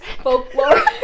folklore